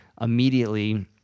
immediately